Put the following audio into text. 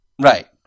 Right